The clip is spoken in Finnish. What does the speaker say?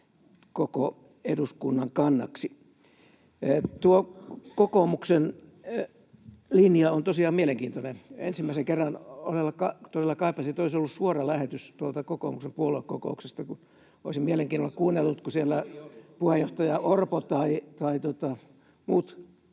koko eduskunnan kannaksi. Tuo kokoomuksen linja on tosiaan mielenkiintoinen. Ensimmäisen kerran todella kaipasin, että olisi ollut suora lähetys tuolta kokoomuksen puoluekokouksesta, kun olisin mielenkiinnolla kuunnellut, [Välihuutoja kokoomuksen